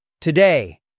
Today